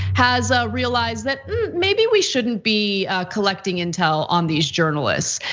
has realized that maybe we shouldn't be collecting intel on these journalists.